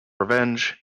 revenge